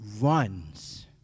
runs